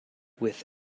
with